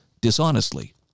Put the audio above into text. dishonestly